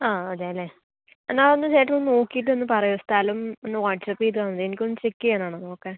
ആ അതെയല്ലേ എന്നാൽ ഒന്ന് ചേട്ടനൊന്നു നോക്കിയിട്ടൊന്നു പറയുമോ സ്ഥലം ഒന്ന് വാട്ട്സാപ്പ് ചെയ്തു തന്നേ എനിക്കൊന്നു ചെക്ക് ചെയ്യാനാണ് നോക്കാൻ